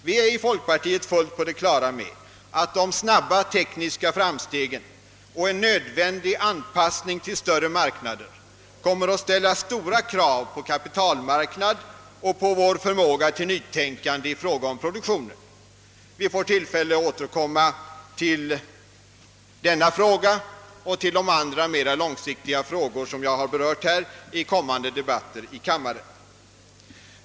Vi är i folkpartiet fullt på det klara med att de snabba tekniska framstegen och en nödvändig anpassning till större marknader kommer att ställa stora krav på vår kapitalmarknad och på vår förmåga till nytänkande i fråga om produktionen. Vi får tillfälle att i kommande debatter i kammaren återkomma till denna fråga och till de andra mera långsiktiga frågor som jag här har berört.